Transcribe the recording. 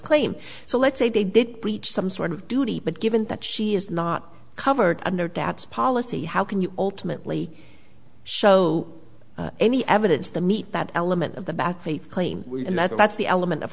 claim so let's say they did reach some sort of duty but given that she is not covered under dad's policy how can you ultimately show any evidence the meet that element of the back feet claim that's the element of